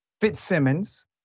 Fitzsimmons